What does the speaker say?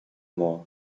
more